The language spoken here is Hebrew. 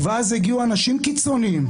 ואז הגיעו אנשים קיצוניים,